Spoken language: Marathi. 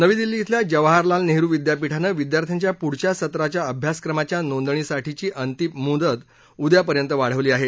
नवी दिल्ली धिल्या जवाहरलाल नेहरु विद्यापीठानं विद्यार्थ्यांच्या पुढच्या सत्राच्या अभ्यासक्रमाच्या नोंदणीसाठीची अंतिम मुदत उद्यापर्यंत वाढवली आहे